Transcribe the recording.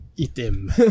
Item